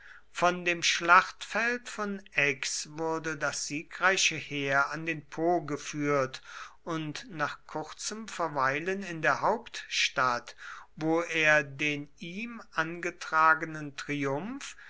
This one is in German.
von dem schlachtfeld von aix wurde das siegreiche heer an den po geführt und nach kurzem verweilen in der hauptstadt wo er den ihm angetragenen triumph